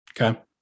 Okay